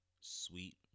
sweet